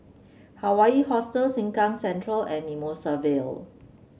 Hawaii Hostel Sengkang Central and Mimosa Vale